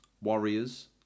Warriors